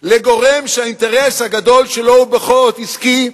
לגורם שהאינטרס הגדול שלו הוא בכל זאת עסקי,